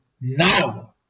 now